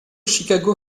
chicago